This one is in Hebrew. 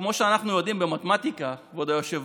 וכמה פעמים, אמרו את זה קודם, פנו ליושב-ראש